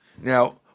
Now